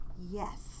yes